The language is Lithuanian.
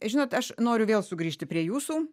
žinot aš noriu vėl sugrįžti prie jūsų